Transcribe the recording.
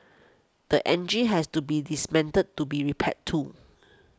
the engine has to be dismantled to be repaired too